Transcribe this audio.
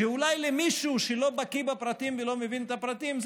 שאולי למישהו שלא בקי בפרטים ולא מבין את הפרטים,